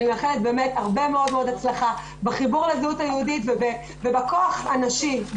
אני מאחלת באמת הרבה מאוד הצלחה בחיבור לזהות היהודית ובכוח הנשי.